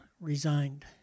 resigned